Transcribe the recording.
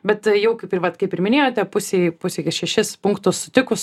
bet jau kaip ir vat kaip ir minėjote pusėj pusė šešis punktus sutikus